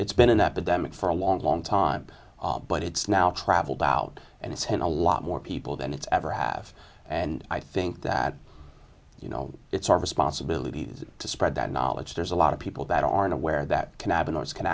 it's been an epidemic for a long long time but it's now traveled out and it's had a lot more people than it's ever have and i think that you know it's our responsibility to spread that knowledge there's a lot of people that aren't aware that can happen